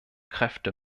kräfte